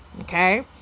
Okay